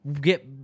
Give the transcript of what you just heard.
get